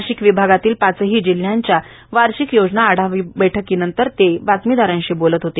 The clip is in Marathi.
नाशिक विभागातल्या पाचही जिल्ह्यांच्या वार्षिक योजना आढावा बैठकीनंतर ते बातमीदारांशी बोलत होते